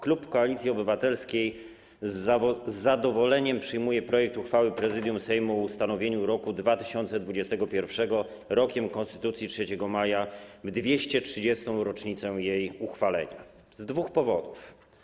Klub Koalicji Obywatelskiej z zadowoleniem przyjmuje projekt uchwały Prezydium Sejmu o ustanowieniu roku 2021 Rokiem Konstytucji 3 Maja w 230. rocznicę jej uchwalenia z dwóch powodów.